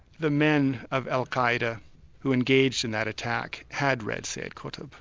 the men of al-qaeda who engaged in that attack had read sayyid sort of